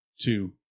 two